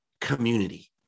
community